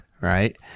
right